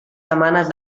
setmanes